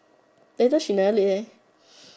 later she never late